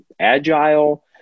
agile